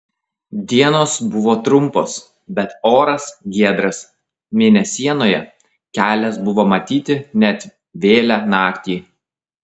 dienos buvo trumpos bet oras giedras mėnesienoje kelias buvo matyti net vėlią naktį